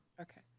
Okay